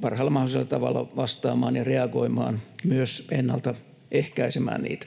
parhaalla mahdollisella tavalla vastaamaan ja reagoimaan ja myös ennalta ehkäisemään niitä.